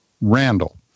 Randall